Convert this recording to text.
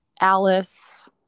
Alice